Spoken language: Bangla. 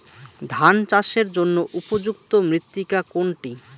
ধান চাষের জন্য উপযুক্ত মৃত্তিকা কোনটি?